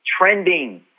trending